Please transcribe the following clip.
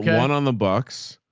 one on the box,